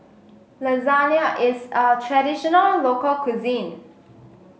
Lasagne is a traditional local cuisine